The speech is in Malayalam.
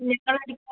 നിങ്ങളാണോ അടിക്കുക അത്